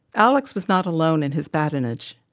alex was not alone in his badinage.